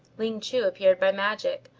ling chu appeared by magic.